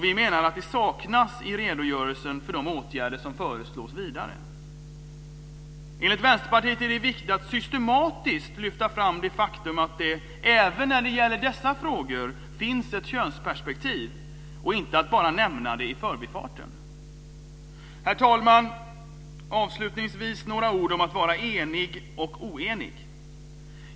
Vi menar att detta saknas i redogörelsen för de åtgärder som föreslås bli vidtagna. Enligt Vänsterpartiet är det viktigt att systematiskt lyfta fram det faktum att det även när det gäller dessa frågor finns ett könsperspektiv - inte att bara nämna det i förbifarten. Herr talman! Avslutningsvis vill jag säga några ord om att vara enig och oenig.